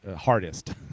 hardest